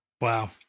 wow